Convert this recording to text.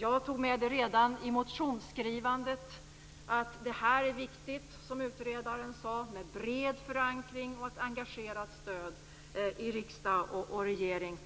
Jag tog redan i motionsskrivandet upp att det, som utredaren sade, var viktigt med en bred förankring och ett engagerat stöd i riksdag och regeringen.